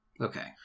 Okay